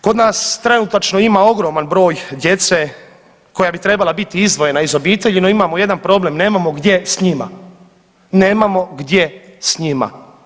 Kod nas trenutačno ima ogroman broj djece koja bi trebala biti izdvojena iz obitelji, no imamo jedan problem, nemamo gdje s njima, nemamo gdje s njima.